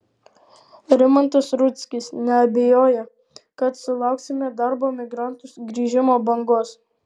rimantas rudzkis neabejoja kad sulauksime darbo migrantų grįžimo bangos